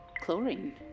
chlorine